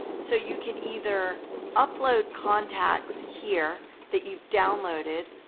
so you can either upload contacts here that you've downloaded,